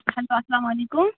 hello اَلسلامُ علیکُم